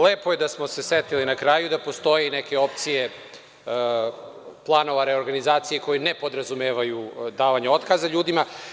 Lepo je da smo se setili na kraju da postoje i neke opcije planova reorganizacije koji ne podrazumevaju davanje otkaza ljudima.